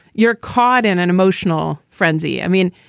you're caught in an emotional frenzy. i mean,